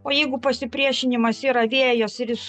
o jeigu pasipriešinimas yra vėjas ir jis